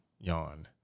yawn